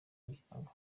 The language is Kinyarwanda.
muryango